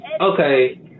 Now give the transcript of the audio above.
Okay